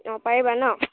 অঁ পাৰিবা ন